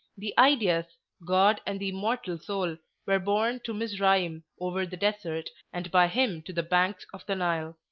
the ideas god and the immortal soul were borne to mizraim over the desert, and by him to the banks of the nile.